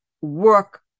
work